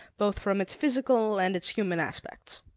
both from its physical and its human aspects.